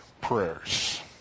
prayers